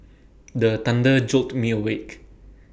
the thunder jolt me awake